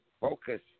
focus